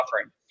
offering